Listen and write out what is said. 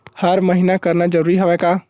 हर महीना करना जरूरी हवय का?